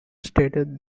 stated